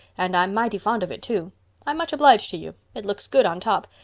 and i'm mighty fond of it, too. i'm much obliged to you. it looks good on top.